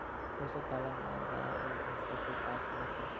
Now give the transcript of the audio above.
पशुपालन मा गाय अउ भंइसा के का कीमत हे?